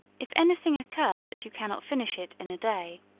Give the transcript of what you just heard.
if any thing occur that you cannot finish it in a day,